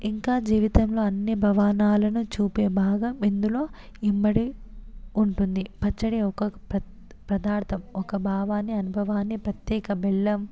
ఇంకా జీవితంలో అన్నీ భవనాలను చూపే భాగం ఇందులో ఇమిడి ఉంటుంది పచ్చడి యొక్క ప్ర పదార్థం ఒక భావాన్ని అనుభవాన్ని ప్రత్యేక బెల్లం